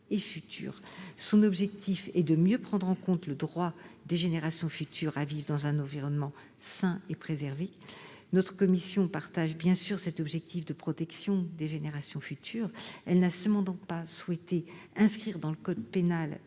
Son objectif est de mieux prendre en compte le droit des générations futures à vivre dans un environnement sain et préservé. Notre commission partage bien sûr cet objectif de protection des générations futures. Elle n'a cependant pas souhaité inscrire dans le code pénal